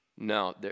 No